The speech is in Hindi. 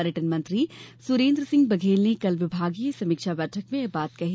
पर्यटन मंत्री सुरेन्द्र सिंह बघेल ने कल विभागीय समीक्षा बैठक में ये बात कही